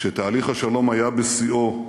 כשתהליך השלום היה בשיאו,